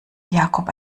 jakob